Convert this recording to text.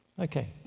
okay